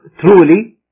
truly